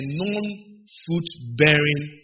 non-foot-bearing